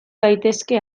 daitezke